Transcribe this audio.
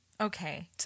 okay